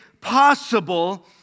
possible